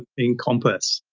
ah encompass.